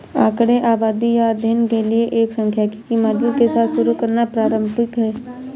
आंकड़े आबादी या अध्ययन के लिए एक सांख्यिकी मॉडल के साथ शुरू करना पारंपरिक है